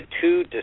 two